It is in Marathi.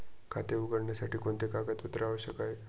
खाते उघडण्यासाठी कोणती कागदपत्रे आवश्यक आहे?